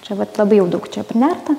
čia vat labai jau daug čia prinerta